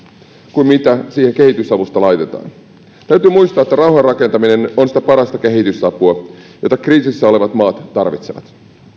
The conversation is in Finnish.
kuin mitä siihen kehitysavusta laitetaan täytyy muistaa että rauhanrakentaminen on sitä parasta kehitysapua jota kriisissä olevat maat tarvitsevat